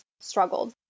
struggled